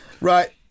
Right